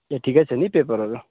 ए ठिकै छ नि पेपरहरू